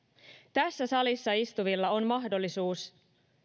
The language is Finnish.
tässä salissa istuvilla on mahdollisuus